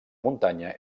muntanya